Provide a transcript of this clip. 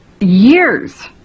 years